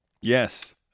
Yes